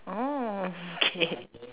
oh okay